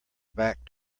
back